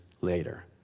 later